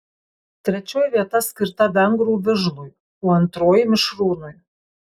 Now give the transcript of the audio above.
trečioji vieta skirta vengrų vižlui o antroji mišrūnui